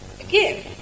again